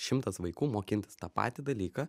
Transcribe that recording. šimtas vaikų mokintis tą patį dalyką